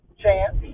chance